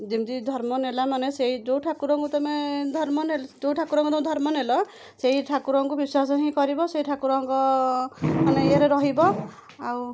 ଯେମତି ଧର୍ମ ନେଲା ମାନେ ସେଇ ଯେଉଁ ଠାକୁରଙ୍କୁ ତମେ ଧର୍ମ ନେଲ ଯେଉଁ ଠାକୁରଙ୍କୁ ତମେ ଧର୍ମ ନେଲ ସେଇ ଠାକୁରଙ୍କୁ ବିଶ୍ୱାସ ହିଁ କରିବ ସେଇ ଠାକୁରଙ୍କ ମାନେ ଇଏରେ ରହିବ ଆଉ